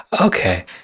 Okay